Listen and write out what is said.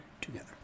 together